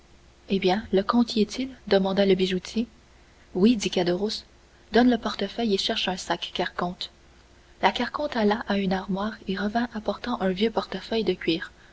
eh bien le compte y est-il demanda le bijoutier oui dit caderousse donne le portefeuille et cherche un sac carconte la carconte alla à une armoire et revint apportant un vieux portefeuille de cuir